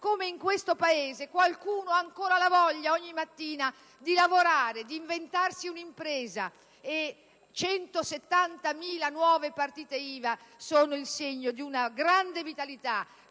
come, in questo Paese, qualcuno ha ancora la voglia ogni mattina di lavorare, di inventarsi un'impresa. E 170.000 nuove partite IVA sono il segno di una grande vitalità,